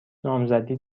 نامزدی